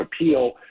appeal